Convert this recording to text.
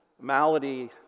malady